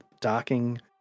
docking